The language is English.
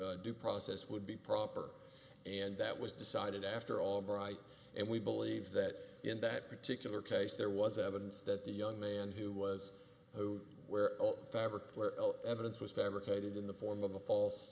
amendment due process would be proper and that was decided after albright and we believe that in that particular case there was evidence that the young man who was who where fabric evidence was fabricated in the form of a false